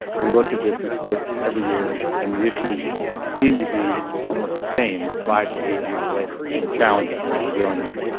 we looked at this report every year, and the issues seem to be almost the same five to eight years later, and the challenges we are dealing with.